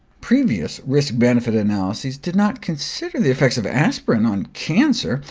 previous risk benefit analyses did not consider the effects of aspirin on cancer,